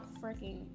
freaking